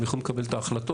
הם יכולים לקבל את ההחלטות.